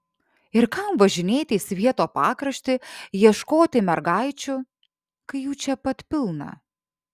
ir kam važinėti į svieto pakraštį ieškoti mergaičių kai jų čia pat pilna